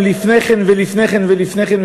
עולים שהגיעו גם לפני כן ולפני כן ולפני כן,